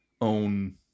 own